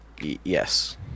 yes